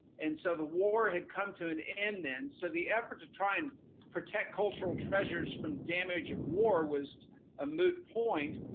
and so the war had come to an end then, so the effort to try and protect cultural treasures from damage of war was a moot point.